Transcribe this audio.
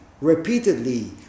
repeatedly